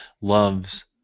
loves